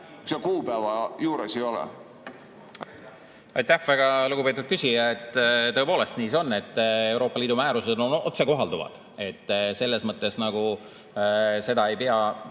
seal kuupäeva juures ei ole?